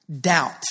Doubt